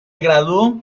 graduó